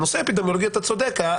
בנושא האפידמיולוגי אתה צודק,